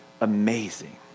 amazing